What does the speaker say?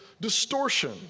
distortion